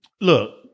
look